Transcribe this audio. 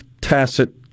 tacit